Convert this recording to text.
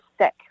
sick